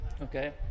okay